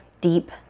deep